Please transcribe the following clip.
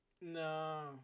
No